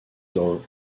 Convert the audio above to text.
dans